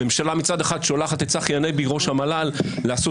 הממשלה מצד אחד שולחת את צחי הנגבי ראש המל"ל לעשות